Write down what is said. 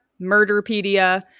Murderpedia